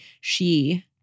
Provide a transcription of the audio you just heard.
she-